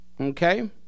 Okay